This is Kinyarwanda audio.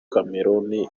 cameroun